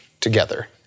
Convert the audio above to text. together